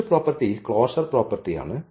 മറ്റൊരു property closure പ്രോപ്പർട്ടിയാണ്